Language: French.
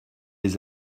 les